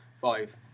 five